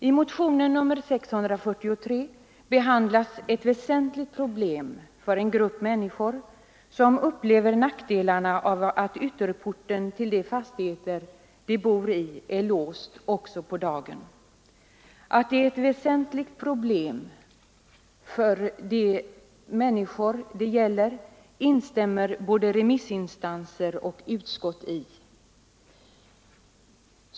I motionen nr 643 behandlas ett väsentligt problem för en grupp människor som upplever nackdelarna av att ytterporten till den fastighet de bor i är låst också på dagen. Att det är ett väsentligt problem instämmer både remissinstanser och utskott i.